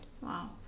Wow